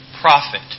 profit